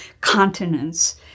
continents